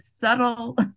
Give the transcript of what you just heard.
subtle